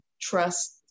trust